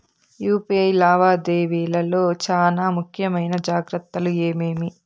UPI లావాదేవీల లో చానా ముఖ్యమైన జాగ్రత్తలు ఏమేమి?